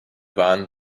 waren